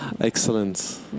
excellent